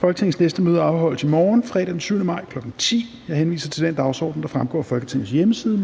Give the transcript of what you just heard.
Folketingets næste møde afholdes i morgen, fredag den 7. maj 2021, kl. 10.00. Jeg henviser til den dagsordenen, der fremgår af Folketingets hjemmeside.